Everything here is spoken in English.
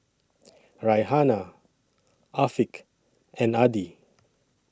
Raihana Afiq and Adi